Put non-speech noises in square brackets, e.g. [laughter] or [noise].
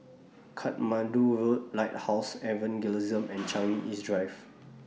Katmandu Road Lighthouse Evangelism [noise] and Changi East Drive